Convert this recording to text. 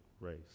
race